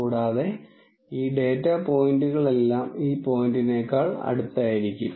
കൂടാതെ ഈ ഡാറ്റാ പോയിന്റുകളെല്ലാം ഈ പോയിന്റിനേക്കാൾ അടുത്തായിരിക്കും